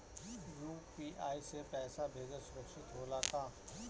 UPI से पैसा भेजल सुरक्षित होला का?